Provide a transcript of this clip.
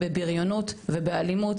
בבריונות ובאלימות,